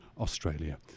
Australia